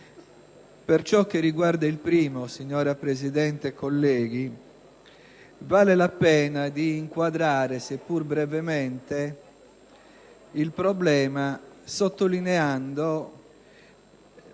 Per quanto riguarda il primo, signora Presidente e colleghi, vale la pena di inquadrare, pur se brevemente, il problema, sottolineando